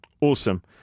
Awesome